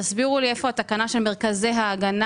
תסבירו לי איפה התקנה של מרכזי ההגנה,